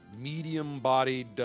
medium-bodied